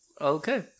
okay